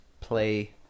play